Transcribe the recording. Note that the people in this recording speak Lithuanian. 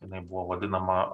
jinai buvo vadinama